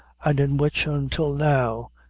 and in which, until now,